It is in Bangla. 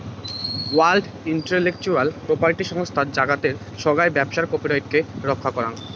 ওয়ার্ল্ড ইন্টেলেকচুয়াল প্রপার্টি সংস্থাত জাগাতের সোগাই ব্যবসার কপিরাইটকে রক্ষা করাং